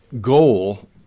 goal